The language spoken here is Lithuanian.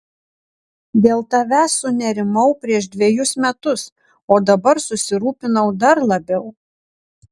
dėl tavęs sunerimau prieš dvejus metus o dabar susirūpinau dar labiau